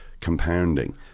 compounding